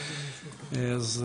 אז,